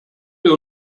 wir